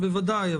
אז בוודאי,